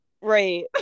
Right